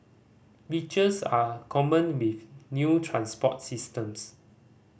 glitches are common with new transport systems